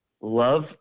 love